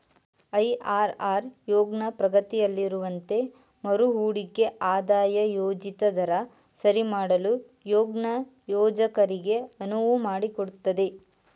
IRR ಯೋಜ್ನ ಪ್ರಗತಿಯಲ್ಲಿರುವಂತೆ ಮರುಹೂಡಿಕೆ ಆದಾಯ ಯೋಜಿತ ದರ ಸರಿಮಾಡಲು ಯೋಜ್ನ ಯೋಜಕರಿಗೆ ಅನುವು ಮಾಡಿಕೊಡುತ್ತೆ